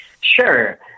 Sure